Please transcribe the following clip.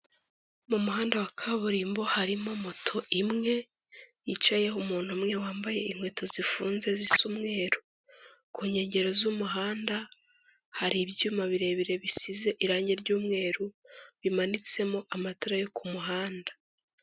Mu muhanda wa kaburimbo harimo moto imwe yicayeho umuntu umwe wambaye inkweto zifunze zisa umweru. Ku nkengero z'umuhanda hari ibyuma birebire bisize irangi ry'umweru, bimanitsemo amatara yo ku muhanda.